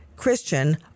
Christian